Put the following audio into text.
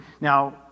Now